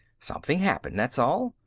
something happened, that's all.